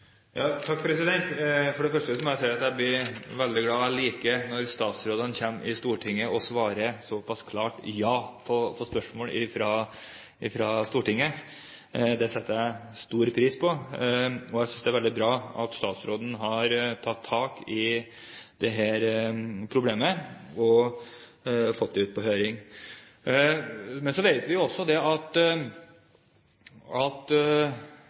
For det første må jeg si at jeg blir veldig glad – og jeg liker – når en statsråd kommer til Stortinget og svarer såpass klart ja på spørsmål. Det setter jeg stor pris på. Jeg synes det er veldig bra at statsråden har tatt tak i dette problemet – og fått det ut på høring. Men så vet vi at ting tar tid. Det er stort sett bare én helikoptertype som er av en slik karakter at